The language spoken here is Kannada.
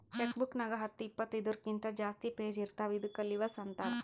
ಚೆಕ್ ಬುಕ್ ನಾಗ್ ಹತ್ತು ಇಪ್ಪತ್ತು ಇದೂರ್ಕಿಂತ ಜಾಸ್ತಿ ಪೇಜ್ ಇರ್ತಾವ ಇದ್ದುಕ್ ಲಿವಸ್ ಅಂತಾರ್